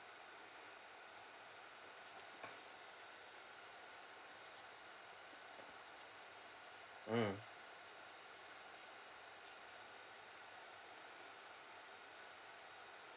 mm